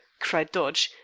cried dodge,